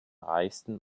reichsten